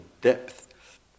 depth